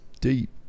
deep